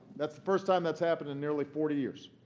that's the first time that's happened in nearly forty years.